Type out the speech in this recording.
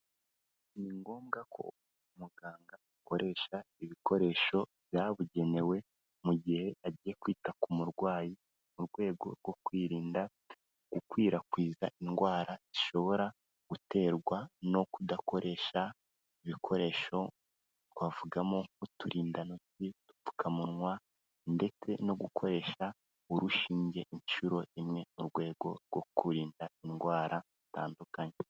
Ni ngombwa ko muganga akoresha ibikoresho byabugenewe mu gihe agiye kwita ku murwayi mu rwego rwo kwirinda gukwirakwiza indwara zishobora guterwa no kudakoresha ibikoresho twavugamo: uturindantoki, udupfukamunwa, ndetse no gukoresha urushinge inshuro imwe mu rwego rwo kurinda indwara zitandukanye.